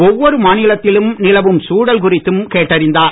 ஒவ்வொரு மாநிலத்திலும் நிலவும் சூழல் குறித்து கேட்டறிந்தார்